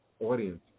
audience